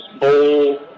bowl